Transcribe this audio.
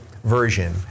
version